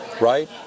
right